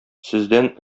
сездән